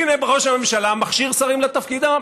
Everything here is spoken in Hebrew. הינה, ראש הממשלה מכשיר שרים לתפקידם.